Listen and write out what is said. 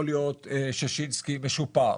יכול להיות ששינסקי משופר,